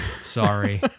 Sorry